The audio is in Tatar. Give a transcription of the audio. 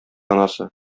анасы